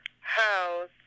house